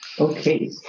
Okay